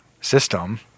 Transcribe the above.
system